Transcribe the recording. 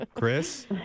Chris